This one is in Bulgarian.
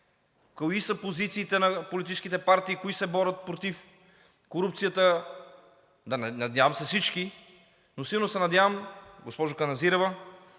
кои са позициите на политическите партии, кои се борят против корупцията. Надявам се всички, но силно се надявам, госпожо Каназирева,